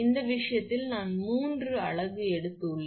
இந்த விஷயத்தில் நான் மூன்று அலகு எடுத்துள்ளேன்